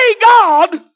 God